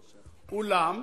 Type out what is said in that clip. אולם,